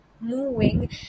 moving